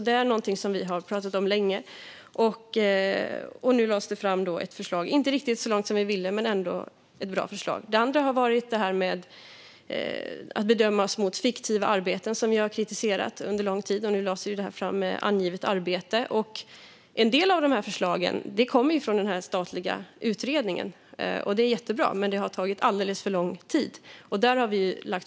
Det är något som vi har pratat om länge, och nu lades det fram ett förslag. Man gick inte riktigt så långt som vi ville, men det var ändå ett bra förslag. Något annat gäller detta med att bedömas mot fiktiva arbeten, som vi har kritiserat under lång tid. Och nu lades ju detta med angivet arbete fram. En del av dessa förslag kommer från den statliga utredningen. Det är jättebra, men det har tagit alldeles för lång tid.